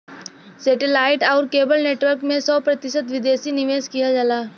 सेटे light आउर cable network में सौ प्रतिशत विदेशी निवेश किहल जाला